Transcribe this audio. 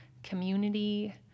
Community